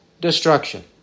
destruction